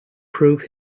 prove